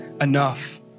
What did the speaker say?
enough